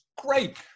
great